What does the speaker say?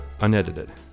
unedited